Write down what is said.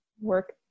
work